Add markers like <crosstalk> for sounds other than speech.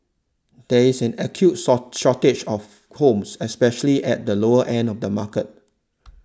there is an acute <unintelligible> shortage of homes especially at the lower end of the market